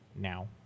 now